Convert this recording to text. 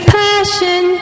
passion